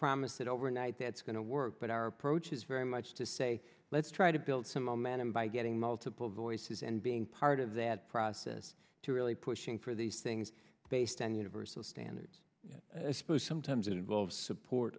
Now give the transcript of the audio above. promise that overnight that's going to work but our approach is very much to say let's try to build some momentum by getting multiple voices and being part of that process to really pushing for these things based on universal standards sometimes involve support